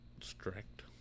strict